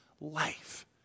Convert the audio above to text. life